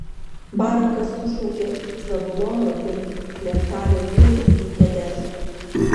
barakas sušaukė zabulono ir neftalio vyrus į kedešą